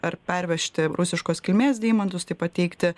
ar pervežti rusiškos kilmės deimantus taip pat teikti